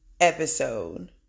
episode